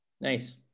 Nice